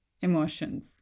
emotions